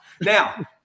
Now